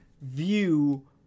view